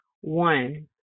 One